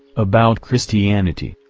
about christianity,